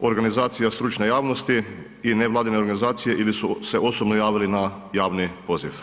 organizacija stručne javnosti i nevladine organizacije ili su se osobno javili na javni poziv.